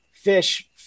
Fish